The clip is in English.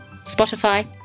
Spotify